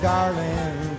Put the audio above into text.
Darling